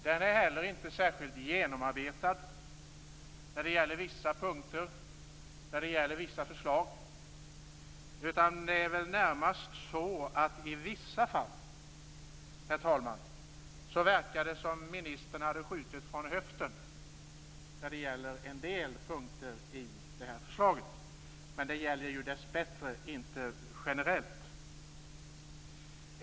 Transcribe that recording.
Den är inte heller särskilt genomarbetad när det gäller vissa punkter och förslag. Det är närmast så att det i vissa fall, herr talman, verkar som att ministern har skjutit från höften, men det gäller dessbättre inte generellt.